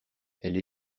elle